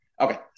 Okay